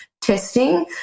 testing